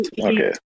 Okay